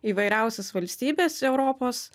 įvairiausios valstybės europos